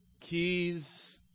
Keys